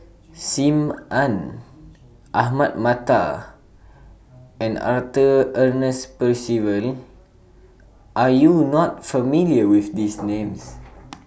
SIM Ann Ahmad Mattar and Arthur Ernest Percival Are YOU not familiar with These Names